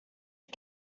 you